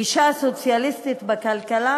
גישה סוציאליסטית בכלכלה?